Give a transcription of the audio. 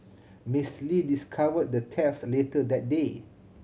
Miss Lee discovered the theft later that day